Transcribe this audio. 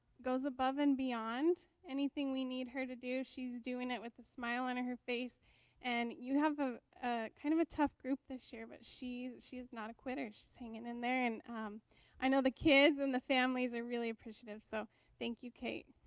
goes above and beyond anything we need her to do she's doing it with a smile on her face and you have a a kind of a tough group this year, but she she's not a quitter she's hanging in there, and i know the kids and the families are really appreciative, so thank you kate